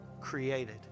created